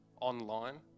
online